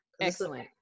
Excellent